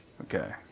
Okay